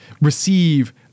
receive